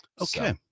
okay